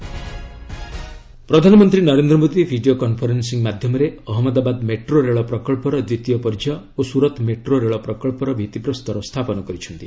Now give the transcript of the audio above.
PM rail project ପ୍ରଧାନମନ୍ତ୍ରୀ Narendra Modi video conferencing ମାଧ୍ୟମରେ Ahmedabad metro ରେଳ ପ୍ରକଳ୍ପର ଦ୍ୱିତୀୟ ପର୍ଯ୍ୟାୟ ଓ ସୁରତ୍ ମେଟ୍ରୋ ରେଳ ପ୍ରକଳ୍ପର ଭିତ୍ତିପ୍ରସ୍ତର ସ୍ଥାପନ କରିଛନ୍ତି